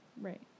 Right